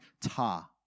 ta